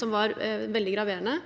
det var veldig graverende,